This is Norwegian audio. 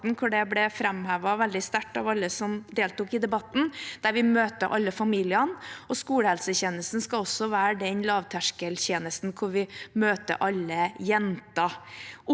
der det ble framhevet veldig sterkt av alle som deltok – der vi møter alle familiene. Skolehelsetjenesten skal også være den lavterskeltjenesten hvor vi møter alle jenter.